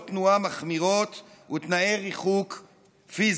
תנועה מחמירות ותנאי ריחוק פיזיים.